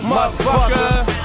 Motherfucker